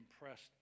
impressed